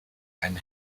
einen